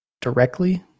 directly